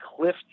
cliff